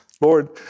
Lord